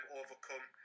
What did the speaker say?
overcome